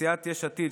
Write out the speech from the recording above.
סיעת יש עתיד,